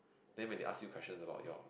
then when they ask you question about your